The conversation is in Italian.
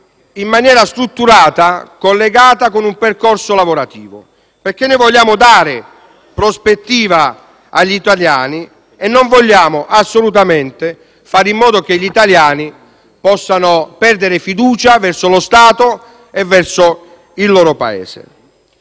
in maniera strutturata e collegata con un percorso lavorativo, perché noi vogliamo dare una prospettiva agli italiani e non vogliamo assolutamente fare in modo che gli italiani possano perdere fiducia verso lo Stato e verso il loro Paese.